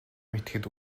мэдэхэд